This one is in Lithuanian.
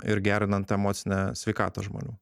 ir gerinant emocinę sveikatą žmonių